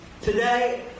today